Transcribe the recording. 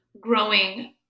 growing